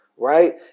Right